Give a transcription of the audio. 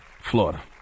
Florida